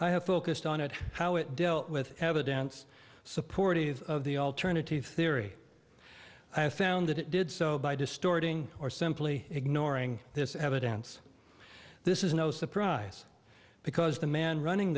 i have focused on it how it dealt with evidence supportive of the alternative theory i have found that it did so by distorting or simply ignoring this evidence this is no surprise because the man running